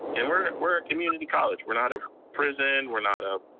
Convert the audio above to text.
and we're we're a community college. we're not a prison, we're not a